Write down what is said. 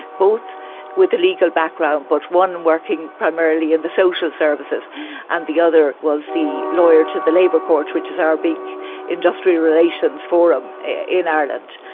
both with a legal background but one working primarily in the social services and the other was the lawyer to the labour court which is our big industrial relations forum in ireland.